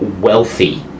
wealthy